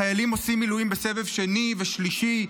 חיילים עושים מילואים בסבב שני ושלישי,